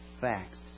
facts